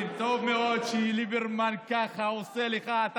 טוב מאוד שליברמן עושה לך ככה.